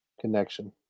connection